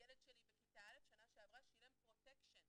ילד שלי בכיתה א' בשנה שעברה שילם פרוטקשן